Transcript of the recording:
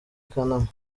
kanama